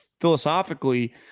philosophically